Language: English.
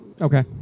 Okay